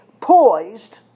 poised